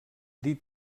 dit